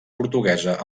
portuguesa